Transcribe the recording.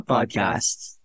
Podcasts